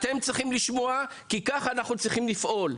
גם אתם צריכים לשמוע כי כך אנחנו צריכים לפעול.